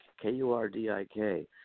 K-U-R-D-I-K